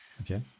Okay